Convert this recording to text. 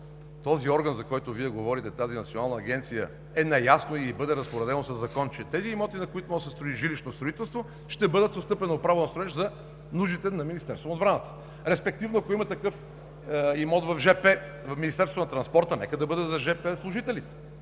този орган, за който Вие говорите, тази национална агенция е наясно и ѝ бъде разпоредено със закон, че имотите, на които може да се извърши жилищно строителство, ще бъдат с отстъпено право на строеж за нуждите на Министерството на отбраната. Респективно, ако има такъв имот в Министерството на транспорта, нека да бъде за жп служителите,